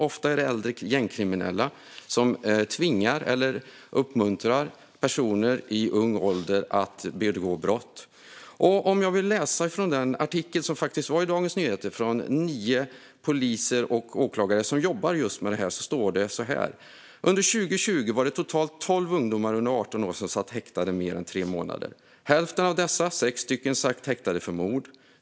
Det är ofta äldre gängkriminella som tvingar eller uppmuntrar personer i ung ålder att begå brott. Jag vill läsa ur artikeln i Dagens Nyheter från nio poliser och åklagare som jobbar med detta. Det står så här: "Under 2020 var det totalt tolv ungdomar under 18 år som satt häktade mer än tre månader. Hälften av dessa - sex stycken - satt häktade för mord.